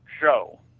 show